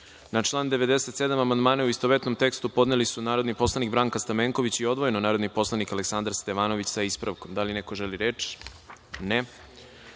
član 97. amandmane, u istovetnom tekstu, podneli su narodni poslanik Branka Stamenković i odvojeno narodni poslanik Aleksandar Stevanović, sa ispravkom. Da li neko želi reč?